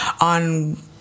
on